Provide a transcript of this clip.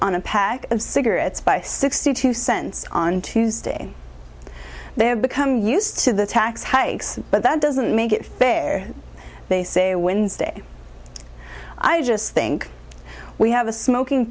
on a pack of cigarettes by sixty two cents on tuesday they have become used to the tax hikes but that doesn't make it fair they say wednesday i just think we have a smoking